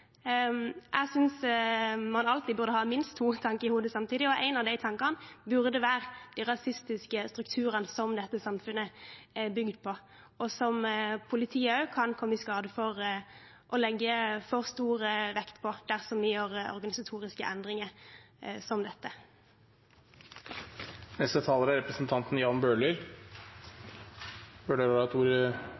Jeg synes man alltid burde ha minst to tanker i hodet samtidig, og en av de tankene burde være de rasistiske strukturene som dette samfunnet er bygd på, og som politiet også kan komme i skade for å legge for stor vekt på, dersom vi gjør organisatoriske endringer som dette. Representanten Jan Bøhler har hatt ordet